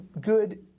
good